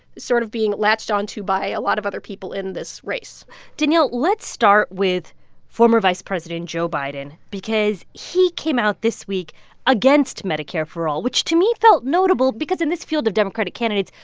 sort of being latched onto by a lot of other people in this race danielle, let's start with former vice president joe biden because he came out this week against medicare for all, which, to me, felt notable because in this field of democratic candidates,